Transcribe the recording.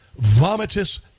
vomitous